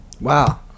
Wow